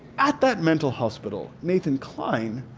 at that mental hospital nathan kline,